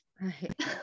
right